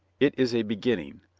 it is a beginning.